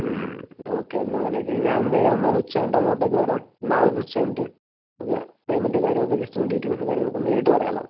okay എന്നാൽ അങ്ങനെ ചെയ് ഞാനെന്ത് ചെയ്യാം എന്നാൽ ഉച്ച കഴിഞ്ഞിട്ട് അങ്ങോട്ടേക്ക് വരാം നാളെ ഒരു ഉച്ച കഴിഞ്ഞിട്ട് ഒന്ന് പേയ്മെന്റും കാര്യങ്ങളൊക്കെ ജെസ്റ്റൊന്ന് ഡീറ്റെയ്ൽസും കാര്യങ്ങളൊക്കൊന്ന് നേരിട്ട് പറയാമല്ലോ